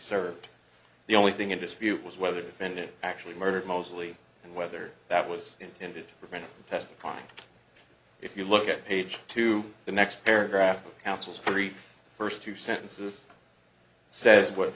served the only thing in dispute was whether defendant actually murdered mosley and whether that was intended to prevent testifying if you look at page two the next paragraph counsel's very first two sentences says what